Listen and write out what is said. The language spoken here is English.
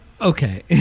Okay